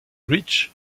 rich